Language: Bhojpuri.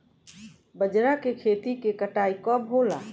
बजरा के खेती के कटाई कब होला?